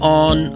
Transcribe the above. on